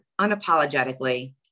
unapologetically